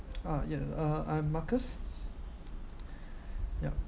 uh yes uh I'm marcus yup